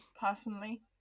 personally